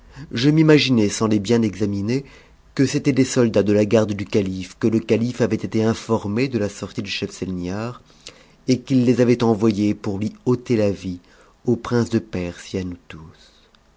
je m'imaginai sans les bien examiner que c'étaient des soldats de la garde du calife que le calife avait été informé de la sortie de schemselnihar et qu'il les avait envoyés pour lui ôter la vie au prince de perse et